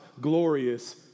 glorious